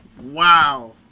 Wow